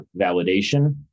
validation